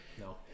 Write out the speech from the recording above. No